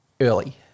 early